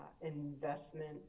investment